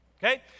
Okay